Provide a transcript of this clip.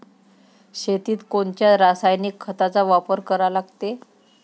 शेतीत कोनच्या रासायनिक खताचा वापर करा लागते?